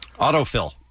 Autofill